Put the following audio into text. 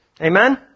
Amen